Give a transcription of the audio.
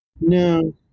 No